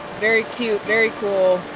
very cute, very cool,